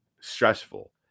stressful